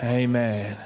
amen